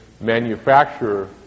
manufacturer